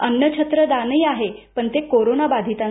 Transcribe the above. अन्नछत्रदानही आहे पण ते कोरोना बाधितांसाठी